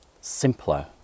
simpler